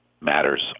matters